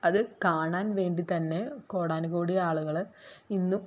അതു കാണാൻ വേണ്ടി തന്നെ കോടാനുകോടി ആളുകൾ ഇന്നും